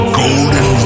golden